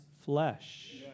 flesh